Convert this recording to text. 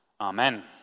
Amen